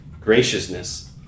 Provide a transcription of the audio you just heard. graciousness